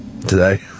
Today